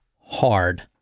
hard